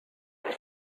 said